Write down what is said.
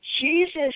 Jesus